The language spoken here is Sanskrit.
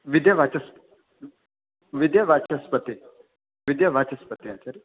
विद्यावाचस्पति विद्यावाचस्पति विद्यावाचस्पति आचार्य